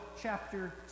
chapter